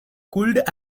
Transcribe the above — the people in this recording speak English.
could